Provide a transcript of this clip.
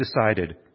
decided